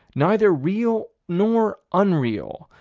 neither real nor unreal,